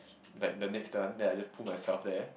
like the next one then I just pull myself there